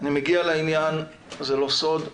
אני מגיע לעניין, זה לא סוד,